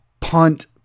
Punt